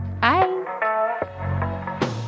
bye